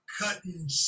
cutting